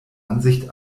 ansicht